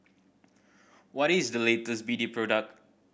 what is the latest B D product